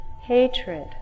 Hatred